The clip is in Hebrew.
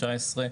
2019,